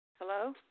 Hello